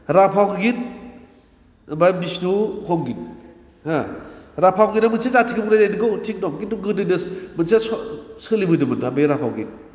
राभा संगित ओमफ्राय बिष्णु संगितहो राभा संगिता मोनसे जाथिखौ बुंनाय जायो नंगौ थिख दं खिनथु गोदोनो मोनसे सोलोबोदोंमोन ना बे राभा संगित